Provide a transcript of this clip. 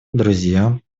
друзьям